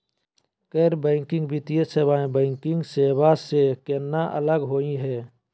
गैर बैंकिंग वित्तीय सेवाएं, बैंकिंग सेवा स केना अलग होई हे?